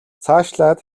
цаашлаад